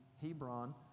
Hebron